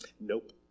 Nope